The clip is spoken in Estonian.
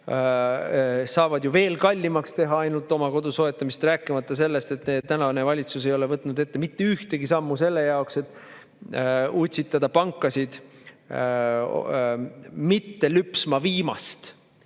saavad ju ainult veel kallimaks teha oma kodu soetamise. Rääkimata sellest, et tänane valitsus ei ole võtnud ette mitte ühtegi sammu selle jaoks, et utsitada pankasid mitte lüpsma viimast